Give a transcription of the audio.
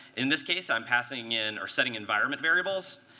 in this case, i'm passing in or setting environment variables.